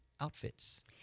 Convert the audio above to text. outfits